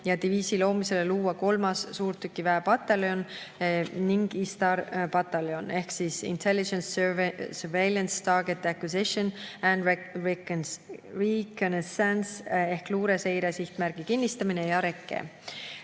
ja diviisi loomisele luua kolmas suurtükiväepataljon ning ISTAR-pataljon – see onintelligence, surveillance, target acquisition, and reconnaissance– ehk luure, seire, sihtmärgi kinnistamise ja rekke